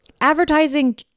advertising